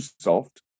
soft